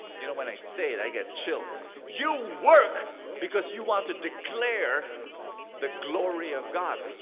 you know when i say it, i get chills. you work because you want to declare the glory of god.